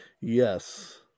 Yes